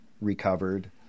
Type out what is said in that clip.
recovered